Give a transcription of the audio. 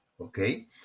okay